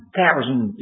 thousand